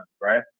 right